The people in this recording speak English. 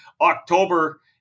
October